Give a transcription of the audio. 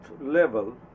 level